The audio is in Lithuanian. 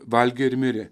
valgė ir mirė